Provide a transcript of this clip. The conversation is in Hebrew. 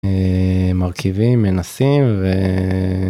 אהההה.. מרכיבים מנסים.